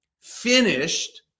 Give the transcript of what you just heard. finished